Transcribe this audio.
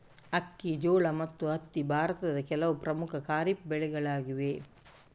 ಅಕ್ಕಿ, ಜೋಳ ಮತ್ತು ಹತ್ತಿ ಭಾರತದ ಕೆಲವು ಪ್ರಮುಖ ಖಾರಿಫ್ ಬೆಳೆಗಳಾಗಿವೆ